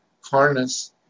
harness